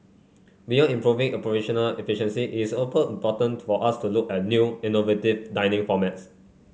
beyond improving operational efficiency is to for us to look at new innovative dining formats